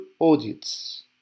audits